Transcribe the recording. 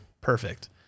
Perfect